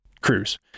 cruise